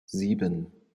sieben